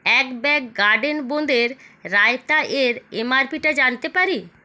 এক bag garden বোঁদের রায়তা এর এমআরপি টা জানতে পারি